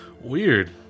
weird